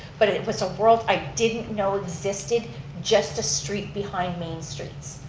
but and it was a world i didn't know existed just a street behind main streets.